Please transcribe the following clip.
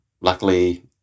luckily